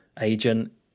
agent